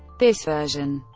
this version,